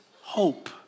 hope